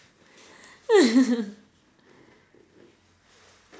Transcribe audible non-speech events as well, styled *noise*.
*laughs*